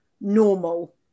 normal